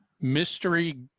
mystery